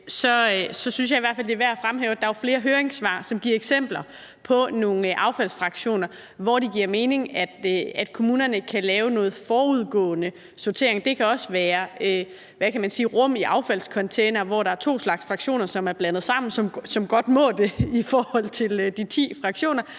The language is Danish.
det er værd at fremhæve, at der jo er flere høringssvar, som giver eksempler på nogle affaldsfraktioner, hvor det giver mening, at kommunerne kan lave noget forudgående sortering. Det kan også være rum i affaldscontainere, hvor der er to slags fraktioner, som er blandet sammen, og som godt må det i forhold til de ti fraktioner.